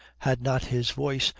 had not his voice,